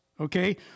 okay